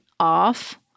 off